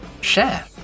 share